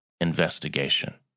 investigation